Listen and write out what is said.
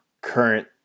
current